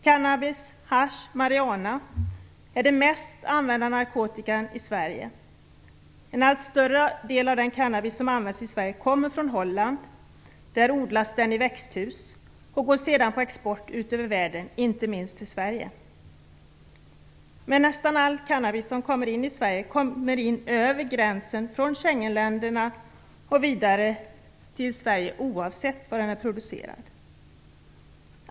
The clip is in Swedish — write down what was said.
Cannabis, hasch och marijuana, är den mest använda narkotikan i Sverige. En allt större del av den cannabis som används i Sverige kommer från Holland. Där odlas den i växthus och går sedan på export ut över världen, inte minst till Sverige. Nästan all cannabis som kommer till Sverige kommer in över gränsen från Schengenländerna oavsett var den är producerad.